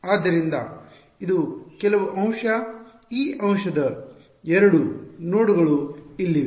ಆದ್ದರಿಂದ ಇದು ಕೆಲವು ಅಂಶ ಈ ಅಂಶದ ಎರಡು ನೋಡ್ಗಳು ಇಲ್ಲಿವೆ